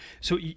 So-